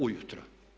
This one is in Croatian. Ujutro.